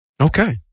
Okay